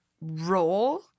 role